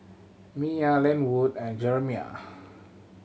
Mya Lynwood and Jeremiah